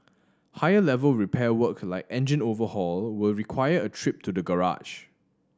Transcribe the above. higher level repair work like engine overhaul will require a trip to the garage